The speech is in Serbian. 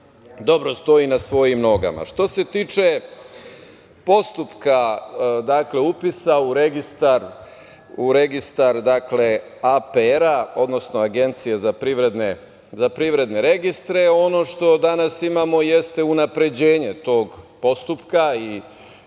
dobro stoji na svojim nogama. Što se tiče postupka upisa u registar APR, odnosno Agencije za privredne registre, ono što danas imamo jeste unapređenje tog postupka i